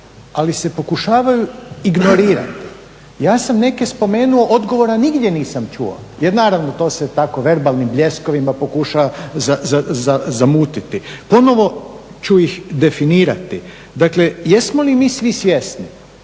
ali se pokušavaju ignorirati. Ja sam neke spomenuo, odgovora nigdje nisam čuo jer naravno to se tako verbalnim bljeskovima pokušava zamutiti. Ponovo ću ih definirati. Dakle jesmo li mi svi svjesni